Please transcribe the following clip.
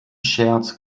scherz